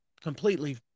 completely